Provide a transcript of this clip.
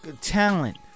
talent